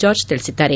George ತಿಳಿಸಿದ್ದಾರೆ